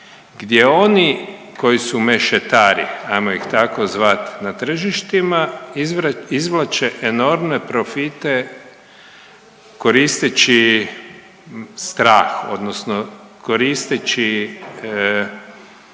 gdje oni koji su mešetari ajmo ih tako zvati na tržištima izvlače enormne profite koristeći strah odnosno koristeći